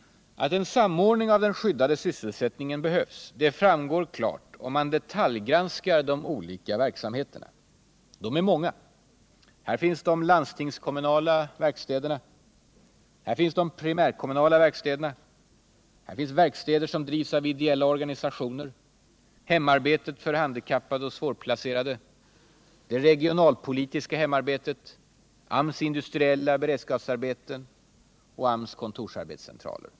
Att en samordning av den skyddade sysselsättningen behövs framgår klart om man detaljgranskar de olika verksamheterna: de landstingskommunala verkstäderna; de primärkommunala verkstäderna; hemarbetet för handikappade och svårplacerade; det regionalpolitiska hemarbetet; AMS industriella beredskapsarbeten; AMS kontorsarbetscentraler.